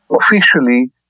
officially